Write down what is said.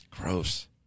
Gross